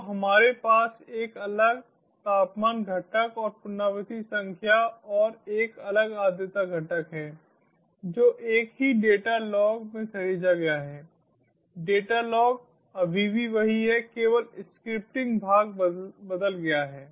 तो हमारे पास एक अलग तापमान घटक और पुनरावृत्ति संख्या और एक अलग आर्द्रता घटक है जो एक ही डेटा लॉग में सहेजा गया है डेटा लॉग अभी भी वही है केवल स्क्रिप्टिंग भाग बदल गया है